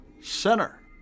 Center